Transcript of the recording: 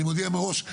אני מודיע מראש,